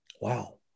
wow